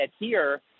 adhere